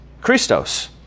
Christos